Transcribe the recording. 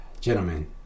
Gentlemen